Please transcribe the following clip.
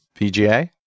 VGA